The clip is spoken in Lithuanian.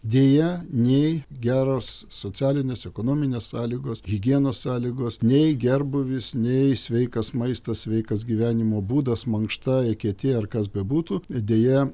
deja nei geros socialinės ekonominės sąlygos higienos sąlygos nei gerbūvis nei sveikas maistas sveikas gyvenimo būdas mankšta eketė ar kas bebūtų deja